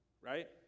right